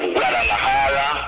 Guadalajara